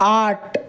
আট